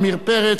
עמיר פרץ,